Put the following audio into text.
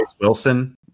wilson